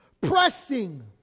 pressing